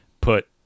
put